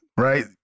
right